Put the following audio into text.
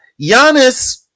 Giannis